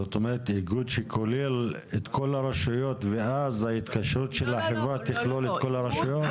איגוד שכולל את כל הרשויות ואז ההתקשרות של החברה תכלול את כל הרשויות?